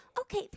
okay